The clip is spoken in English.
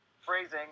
phrasing